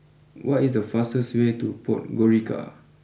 what is the fastest way to Podgorica